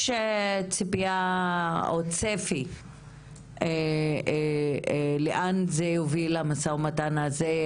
ישנה ציפייה או צפי לאן זה יוביל המשא ומתן הזה?